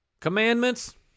Commandments